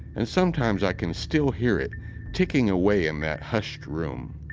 and sometimes i can still hear it ticking away in that hushed room.